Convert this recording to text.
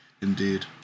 indeed